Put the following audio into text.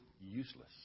useless